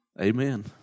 Amen